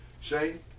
Shane